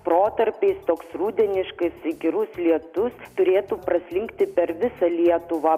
protarpiais toks rudeniškai įkyrus lietus turėtų praslinkti per visą lietuvą